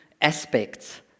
aspects